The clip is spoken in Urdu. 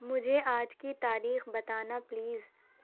مجھے آج کی تاریخ بتانا پلیز